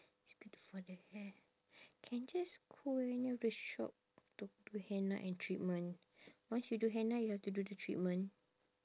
it's good for the hair can just call any of the shop to do henna and treatment once you do henna you have to do the treatment